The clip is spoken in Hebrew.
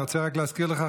אני רוצה רק להזכיר לך,